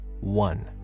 one